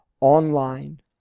online